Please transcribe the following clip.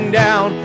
down